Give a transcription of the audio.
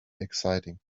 exciting